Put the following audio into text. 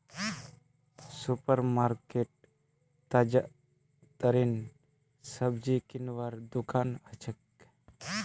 super market ताजातरीन सब्जी किनवार दुकान हछेक